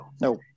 No